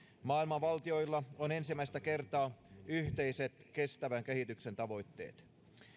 maailman valtioilla on ensimmäistä kertaa yhteiset kestävän kehityksen tavoitteet